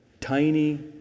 tiny